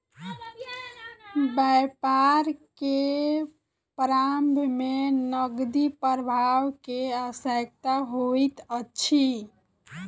व्यापार के प्रारम्भ में नकदी प्रवाह के आवश्यकता होइत अछि